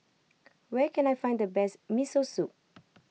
where can I find the best Miso Soup